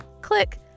click